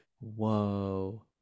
Whoa